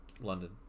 London